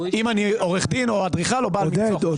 אם אני עורך דין או אדריכל או בעל מקצוע חופשי.